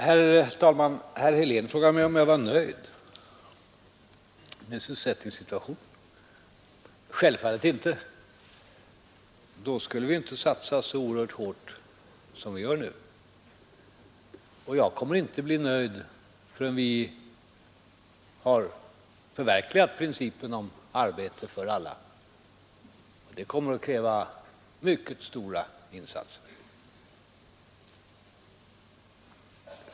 Herr talman! Herr Helén frågade mig om jag var nöjd med sysselsättningssituationen. Självfallet inte. Då skulle vi inte satsa så oerhört hårt som vi gör nu. Jag kommer inte att bli nöjd förrän vi har förverkligat principen om arbete för alla. Det kommer att kräva mycket stora insatser.